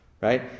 right